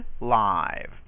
live